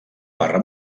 barra